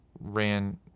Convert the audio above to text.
ran